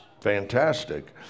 fantastic